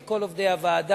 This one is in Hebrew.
לכל עובדי הוועדה,